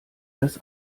das